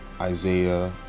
Isaiah